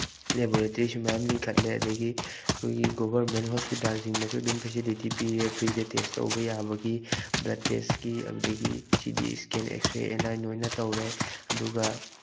ꯂꯩꯕꯣꯔꯦꯇ꯭ꯔꯤꯁꯨ ꯃꯌꯥꯝ ꯂꯤꯡꯈꯠꯂꯦ ꯑꯗꯨꯗꯒꯤ ꯑꯩꯈꯣꯏꯒꯤ ꯒꯣꯕꯔꯃꯦꯟ ꯍꯣꯁꯄꯤꯇꯥꯜꯁꯤꯡꯗꯁꯨ ꯑꯗꯨꯝ ꯐꯦꯁꯤꯂꯤꯇꯤ ꯄꯤꯑꯦ ꯐ꯭ꯔꯤꯗ ꯇꯦꯁ ꯇꯧꯕ ꯌꯥꯕꯒꯤ ꯕ꯭ꯂꯠ ꯇꯦꯁꯀꯤ ꯑꯗꯨꯗꯒꯤ ꯁꯤ ꯗꯤ ꯏꯁꯀꯦꯟ ꯑꯦꯛꯁꯔꯦ ꯑꯦꯟ ꯅꯥꯏ ꯂꯣꯏꯅ ꯇꯧꯔꯦ ꯑꯗꯨꯒ